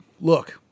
look